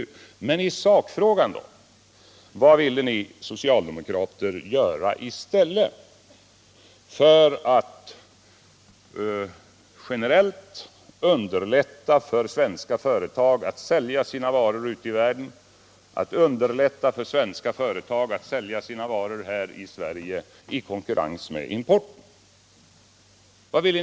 Men för att gå till sakfrågan: Vad ville ni socialdemokrater göra i stället —- om devalveringen var fel — i syfte att generellt underlätta för svenska företag att sälja sina varor ute i världen och här i Sverige i konkurrens med importen?